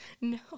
No